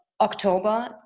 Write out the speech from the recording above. october